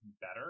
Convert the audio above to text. better